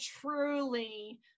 truly